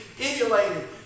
emulated